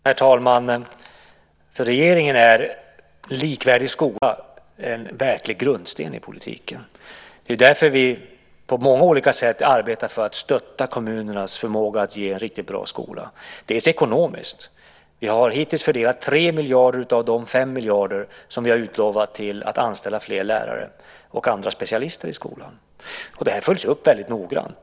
Herr talman! För regeringen är likvärdig skola en verklig grundsten i politiken. Det är därför vi på många olika sätt arbetar för att stötta kommunernas förmåga att ge en riktigt bra skola. Det gör vi ekonomiskt. Vi har hittills fördelat 3 miljarder av de 5 miljarder som vi har utlovat till att anställa fler lärare och andra specialister i skolan. Det här följs upp väldigt noggrant.